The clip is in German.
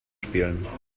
spielen